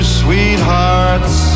sweethearts